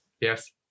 yes